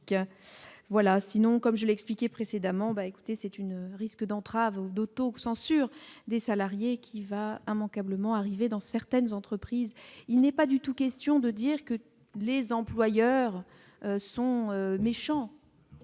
voilà, sinon, comme j'ai expliqué précédemment bah, écoutez, c'est une risque d'entrave d'auto-censure des salariés qui va immanquablement arrivé dans certaines entreprises, il n'est pas du tout question de dire que les employeurs sont méchants.